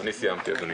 סיימתי, אדוני.